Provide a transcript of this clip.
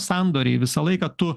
sandoriai visą laiką tu